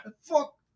fuck